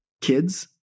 kids